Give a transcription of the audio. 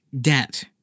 debt